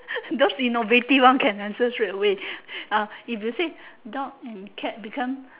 those innovative one can answer straightaway ah if you say dog and cat become